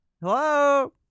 Hello